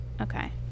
Okay